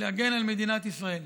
להגן על מדינת ישראל.